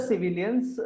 Civilians